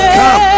come